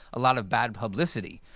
a lot of bad publicity,